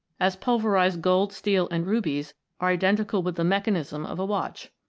as pulverised gold, steel, and rubies are identical with the mechanism of a watch.